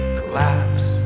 collapse